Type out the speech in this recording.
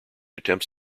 attempts